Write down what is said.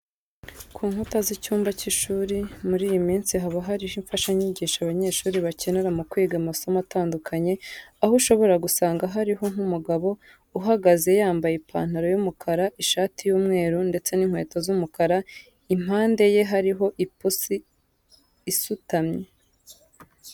Ku nkuta z'icyumba cy'ishuri muri iyi minsi haba hariho imfashanyigisho abanyeshuri bakenera mu kwiga amasomo atandukanye, aho ushobora gusanga hariho nk'umugabo uhagaze yambaye ipantaro y'umukara, ishati y'umweru ndetse n'inkweto z'umukara, impande ye hariho ipusi isutamye.